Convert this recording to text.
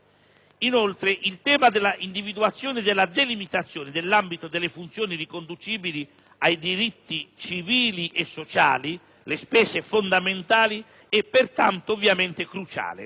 delega. Il tema dell'individuazione e della delimitazione dell'ambito delle funzioni riconducibili ai diritti civili e sociali (spese fondamentali) è pertanto ovviamente cruciale.